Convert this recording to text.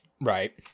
Right